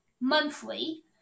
monthly